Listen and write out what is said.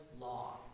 law